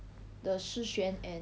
the shi xuan and